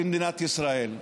במדינת ישראל.